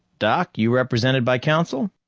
doc, you represented by counsel?